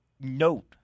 note